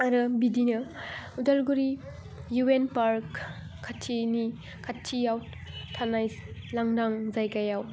आरो बिदिनो उदालगुरि इयु एन पार्क खाथिनि खाथियाव थानाय लांदां जायगायाव